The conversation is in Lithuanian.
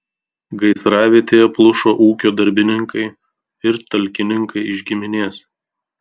gaisravietėje plušo ūkio darbininkai ir talkininkai iš giminės